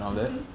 mmhmm